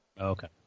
Okay